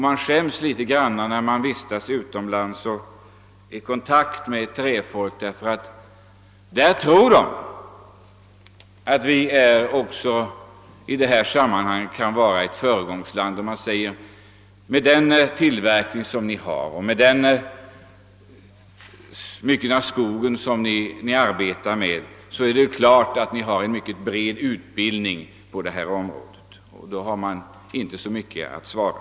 Man skäms litet när man vistas utomlands och har kontakt med träfolk, därför att de tror att vi också i detta sammanhang är ett föregångsland. De säger: Med tanke på den tillverkning som ni har och den myckna skog som ni arbetar med är det klart att ni har en mycket bred utbildning på detta område. Då har man inte så mycket att svara.